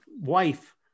wife